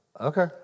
Okay